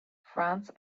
france